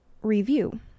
review